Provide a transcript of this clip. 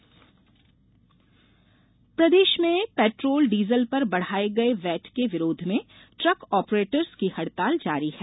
ट्रूक हड़ताल प्रदेश में पेट्रोल डीजल पर बढ़ाये गये वैट के विरोध में ट्रक आपरेटर्स की हड़ताल जारी है